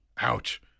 Ouch